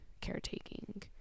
caretaking